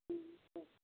ம் ம் சரி